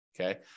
Okay